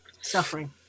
suffering